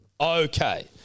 Okay